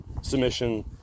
submission